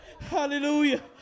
Hallelujah